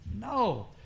No